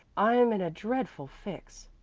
i'm in a dreadful fix.